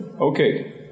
Okay